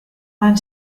man